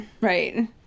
right